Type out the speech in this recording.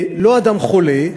לא אדם חולה,